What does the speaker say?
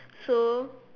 so